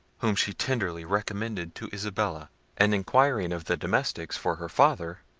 whom she tenderly recommended to isabella and inquiring of the domestics for her father,